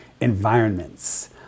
environments